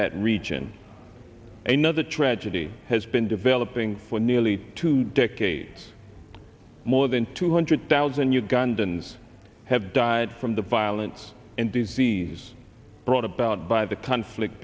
that region another tragedy has been developing for nearly two decades more than two hundred thousand ugandans have died from the violence and disease brought about by the conflict